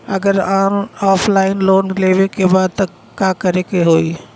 अगर offline loan लेवे के बा त का करे के होयी?